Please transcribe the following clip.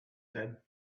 said